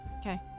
Okay